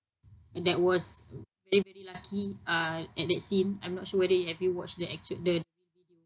that was really really lucky uh at that scene I'm not sure whether have you watched the actual the